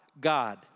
God